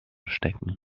stecken